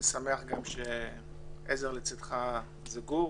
אני גם שמח שעזר לצדך זה גור